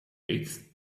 eighth